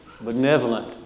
benevolent